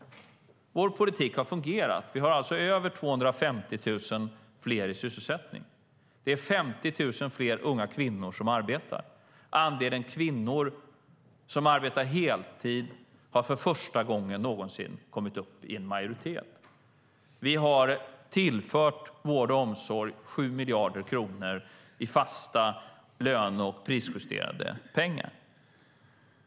Vår politik har fungerat. Vi har över 250 000 fler i sysselsättning, och 50 000 fler unga kvinnor arbetar. Andelen kvinnor som arbetar heltid har för första gången någonsin kommit upp i en majoritet. Vi har tillfört vård och omsorg 7 miljarder kronor i fasta löne och prisjusterade pengar.